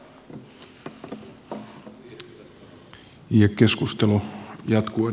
arvoisa puhemies